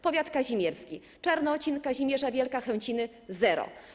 Powiat kazimierski: Czarnocin, Kazimierza Wielka, Chęciny - zero.